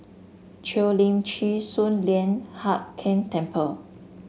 Cheo Lim Chin Sun Lian Hup Keng Temple